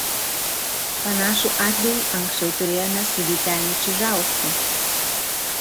panašų atvejį anksčiau turėjome su vyteniu čižausku